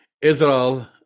Israel